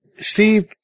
Steve